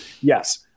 yes